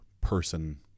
person